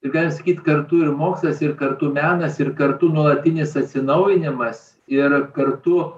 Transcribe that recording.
ir galim sakyt kartu ir mokslas ir kartu menas ir kartu nuolatinis atsinaujinimas ir kartu